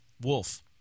wolf